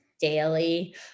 daily